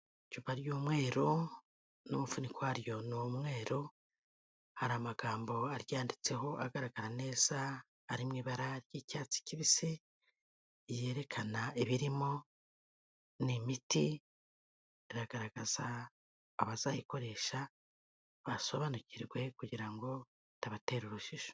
Icupa ry'umweru n'umufuniko waryo ni umweru, hari amagambo aryanditseho agaragara neza ari mu ibara ry'icyatsi kibisi, yerekana ibirimo, ni imiti iragaragaza abazayikoresha basobanukirwe kugira ngo bitabatera urujijo.